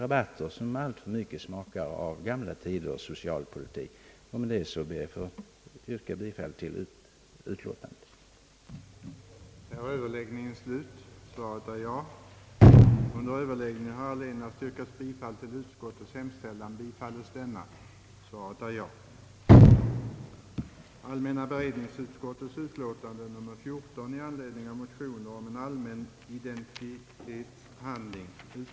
Jag ber med detta att få yrka bifall till utskottets hemställan. Härmed får jag anhålla om ledighet från riksdagsgöromålen tiden den 14— den 18 april 1967 för resa till Tunisien och deltagande där i bolagsstämma och styrelsesammanträde i egenskap av styrelseledamot i tunisiska industriföretaget N.P.K. — Engrais, Société Anonyme Tunisien. Härmed får jag anhålla om ledighet från riksdagsarbetet den 14 april 1967 för deltagande i en gemensam konferens i Köpenhamn med de nordiska lagutskotten rörande patentfrågan.